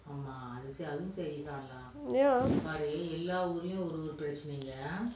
ya